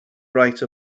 write